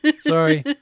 Sorry